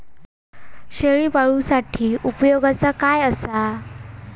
शेळीपाळूसाठी उपयोगाचा काय असा?